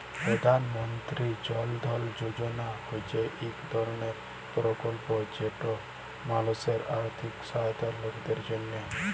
পধাল মলতিরি জল ধল যজলা হছে ইক ধরলের পরকল্প যেট মালুসের আথ্থিক সহায়তার লকদের জ্যনহে